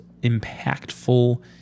impactful